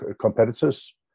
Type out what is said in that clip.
competitors